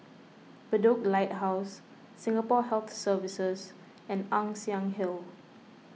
Bedok Lighthouse Singapore Health Services and Ann Siang Hill